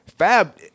Fab